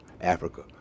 Africa